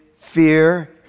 fear